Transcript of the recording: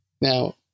now